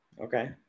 Okay